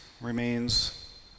remains